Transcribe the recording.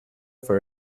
for